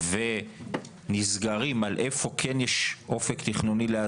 אנחנו מחכים עדיין גם לעו"ד לילך שלום,